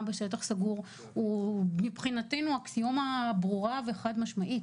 בשטח סגור הוא מבחינתנו אקסיומה ברורה וחד משמעית.